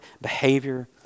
behavior